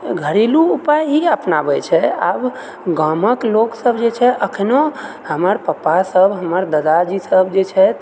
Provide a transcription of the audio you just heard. घरेलु उपाय ही अपनाबै छै आब गामके लोकसब जे छै अखनो हमर पापा सब हमर दादा जी सब जे छथि